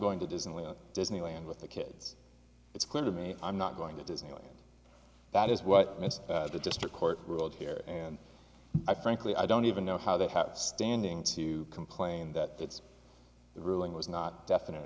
going to disney disneyland with the kids it's clear to me i'm not going to disneyland that is what the district court ruled here and i frankly i don't even know how that had standing to complain that it's the ruling was not definite